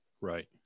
Right